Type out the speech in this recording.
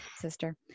sister